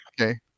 okay